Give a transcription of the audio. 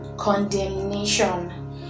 condemnation